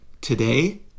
today